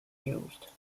used